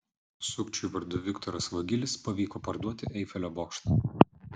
sukčiui vardu viktoras vagilis pavyko parduoti eifelio bokštą